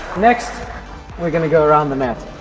next we are going to go around the net.